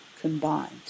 combined